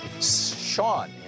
Sean